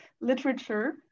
literature